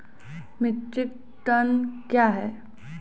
Metric ton कया हैं?